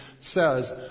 says